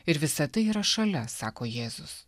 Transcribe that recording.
ir visa tai yra šalia sako jėzus